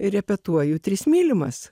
repetuoju tris mylimas